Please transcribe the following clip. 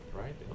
right